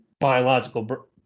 biological